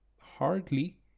hardly